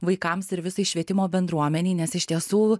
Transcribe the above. vaikams ir visai švietimo bendruomenei nes iš tiesų